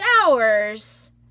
showers